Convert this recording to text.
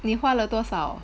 你花了多少